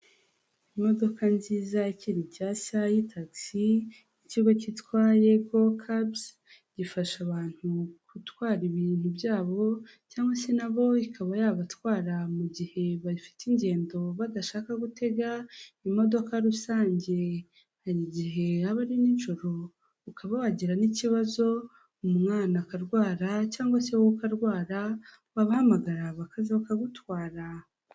imodoka nziza ikiri nshyashya ya tagisi ikigo kitwa yego kabuzi gifasha abantu gutwara ibintu byabo cyangwa se nabo ikaba yabatwara mu gihe bafite ingendo badashaka gutega imodoka rusange hari igihe yaba ari nijoro ukaba wagira n'iki ikibazo umwana akarwara cyangwa se wokarwara wabahamagara bakaza bakagutwara.